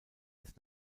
des